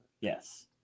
Yes